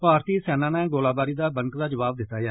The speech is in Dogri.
भारती सेना नै गोलाबारी दा बनकदा जवाब दित्ता ऐ